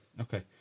okay